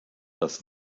das